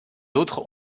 autres